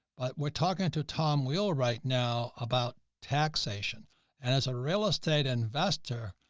but we're talking to tom wheelwright now about taxation and as a real estate investor,